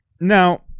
Now